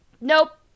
nope